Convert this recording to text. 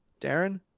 darren